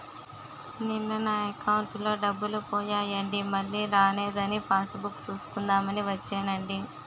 నిన్న నా అకౌంటులో డబ్బులు పోయాయండి మల్లీ రానేదని పాస్ బుక్ సూసుకుందాం అని వచ్చేనండి